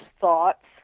thoughts